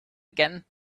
again